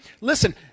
listen